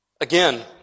Again